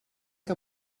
que